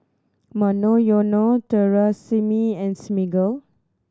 Monoyono Tresemme and Smiggle